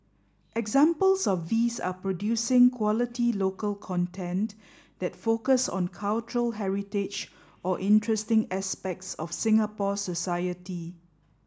examples of these are producing quality local content that focus on cultural heritage or interesting aspects of Singapore society